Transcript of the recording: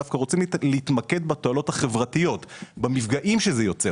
אלא דווקא בתועלות החברתיות ובמפגעים שזה רוצה.